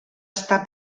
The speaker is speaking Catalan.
estar